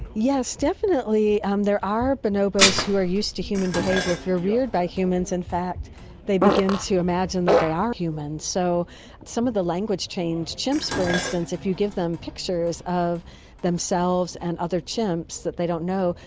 yes, definitely um there are bonobos who are used to human behaviour. if they are reared by humans in fact they begin to imagine that they are humans. so some of the language trained chimps, for instance, if you give them pictures of themselves and other chimps that they don't know,